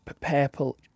Purple